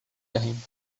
دهیم